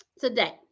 today